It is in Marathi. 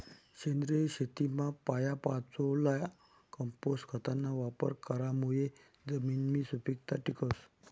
सेंद्रिय शेतीमा पालापाचोया, कंपोस्ट खतना वापर करामुये जमिननी सुपीकता टिकस